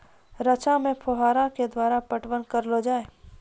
रचा मे फोहारा के द्वारा पटवन करऽ लो जाय?